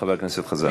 חבר הכנסת חזן.